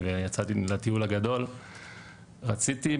חוסר האבחנה בין סוגים של סמים,